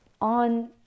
on